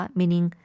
meaning